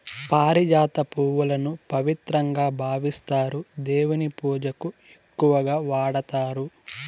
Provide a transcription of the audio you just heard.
పారిజాత పువ్వులను పవిత్రంగా భావిస్తారు, దేవుని పూజకు ఎక్కువగా వాడతారు